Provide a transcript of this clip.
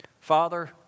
Father